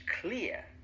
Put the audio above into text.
clear